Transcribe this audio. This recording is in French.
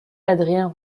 adrien